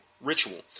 Ritual